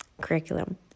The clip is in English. curriculum